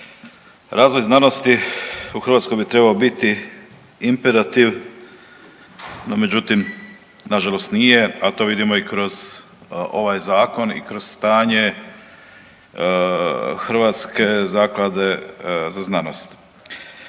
razvoj znanosti u Hrvatskoj bi trebao biti imperativ, no međutim nažalost nije, a to vidimo i kroz ovaj zakon i kroz stanje Hrvatske zaklade za znanost.